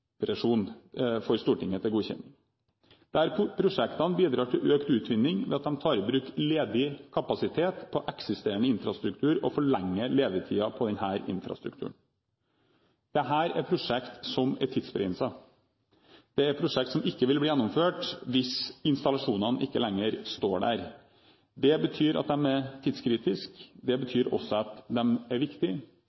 for Stortinget til godkjenning, der prosjektene bidrar til økt utvinning ved at de tar i bruk ledig kapasitet på eksisterende infrastruktur og forlenger levetiden til denne infrastrukturen. Dette er prosjekter som er tidsbegrenset. Det er prosjekter som ikke vil bli gjennomført hvis installasjonene ikke lenger står der. Det betyr at de er tidskritiske, det